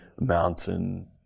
mountain